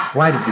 why